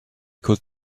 could